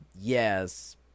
yes